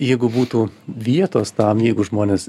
jeigu būtų vietos tam jeigu žmonės